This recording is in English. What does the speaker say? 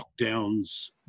lockdowns